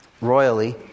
Royally